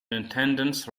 attendance